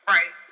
Right